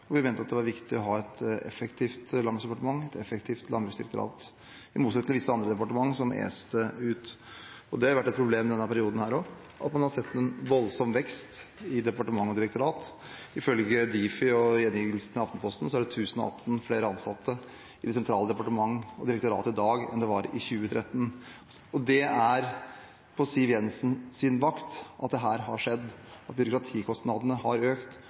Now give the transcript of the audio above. og vi mente at det var viktig å ha et effektivt Landbruksdepartement og et effektivt landbruksdirektorat, i motsetning til visse andre departementer, som este ut. Det har vært et problem i denne perioden også at man har sett en voldsom vekst i departementer og direktorater. Ifølge Difi og gjengivelsen i Aftenposten er det 1 018 flere ansatte i sentrale departementer og direktorater i dag enn det var i 2013. Det er på Siv Jensens vakt at dette har skjedd, at byråkratikostnadene har økt.